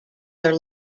are